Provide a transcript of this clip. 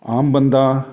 ਆਮ ਬੰਦਾ